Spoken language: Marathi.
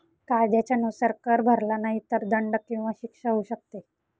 कायद्याच्या नुसार, कर भरला नाही तर दंड किंवा शिक्षा होऊ शकते